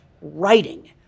writing